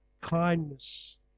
kindness